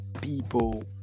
People